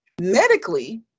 Medically